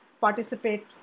participate